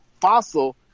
fossil